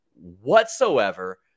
Whatsoever